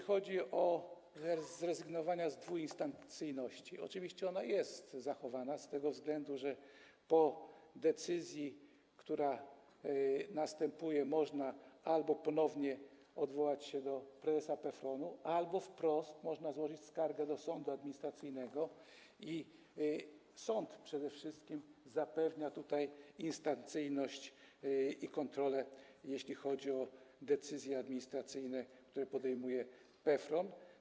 Co do zrezygnowania z dwuinstancyjności - oczywiście ona jest zachowana, z tego względu, że po decyzji, która następuje, albo można ponownie odwołać się do prezesa PFRON-u, albo wprost można złożyć skargę do sądu administracyjnego i sąd przede wszystkim zapewnia tutaj instancyjność i kontrolę, jeśli chodzi o decyzje administracyjne, które podejmuje PFRON.